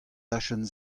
dachenn